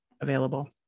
available